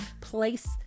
place